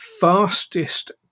fastest